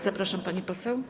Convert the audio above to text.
Zapraszam, pani poseł.